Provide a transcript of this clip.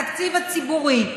התקציב הציבורי,